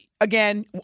again